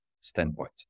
standpoint